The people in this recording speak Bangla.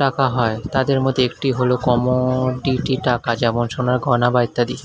টাকা হয়, তাদের মধ্যে একটি হল কমোডিটি টাকা যেমন সোনার গয়না বা ইত্যাদি